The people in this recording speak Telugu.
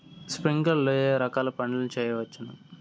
స్ప్రింక్లర్లు లో ఏ ఏ రకాల పంటల ను చేయవచ్చును?